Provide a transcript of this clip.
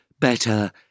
Better